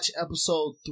episode